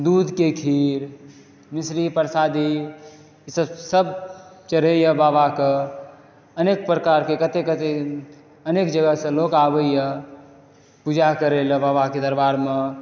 दूध के खीर मिसरी प्रसादी इसब सब चढ़ैया बाबाके अनेक प्रकारके कते कते अनेक जगह से लोक आबैया पूजा करय लए बाबा के दरबारमे